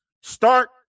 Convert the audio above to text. start